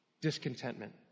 discontentment